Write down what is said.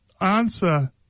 answer